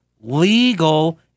legal